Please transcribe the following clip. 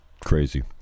crazy